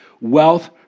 wealth